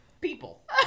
People